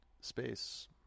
space